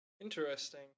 Interesting